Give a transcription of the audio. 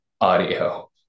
Audio